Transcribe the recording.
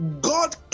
God